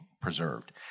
preserved